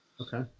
Okay